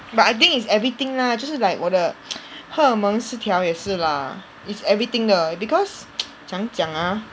but I think it's everything lah 就是 like 我的 荷尔蒙失调也是 lah it's everything 的 because 怎样讲 ah